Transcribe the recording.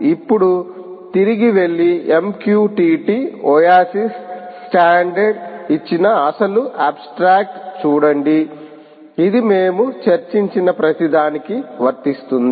ఇప్పుడు తిరిగి వెళ్లి MQTT ఒయాసిస్ స్టాండర్డ్ ఇచ్చిన అసలు అబ్స్ట్రాక్ట్ చూడండి ఇది మేము చర్చించిన ప్రతిదానికి వర్తిస్తుంది